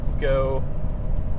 go